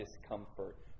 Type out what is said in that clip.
discomfort